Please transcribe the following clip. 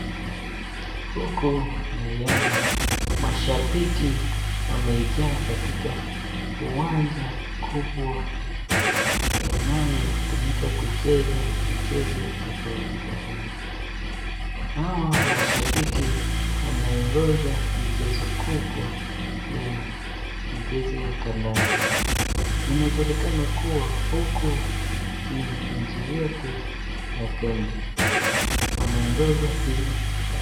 Huku naiona mashabiki wamejaa katika uwanja kubwa inayotumika kucheza mchezo tofauti tofauti. hawa mashabiki wanaingoja michezo kubwa ya michezo ya kandanda. inajulikana kuwa huku ni nchi yetu ya Kenya wanaingoja ili